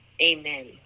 amen